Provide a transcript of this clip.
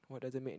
what doesn't make